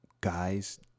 guys